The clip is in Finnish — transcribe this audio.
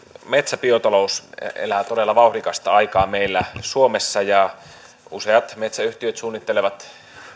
metsäbiotalous elää todella vauhdikasta aikaa meillä suomessa ja useat metsäyhtiöt suunnittelevat